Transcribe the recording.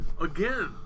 Again